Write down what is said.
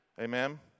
Amen